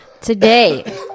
today